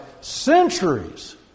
centuries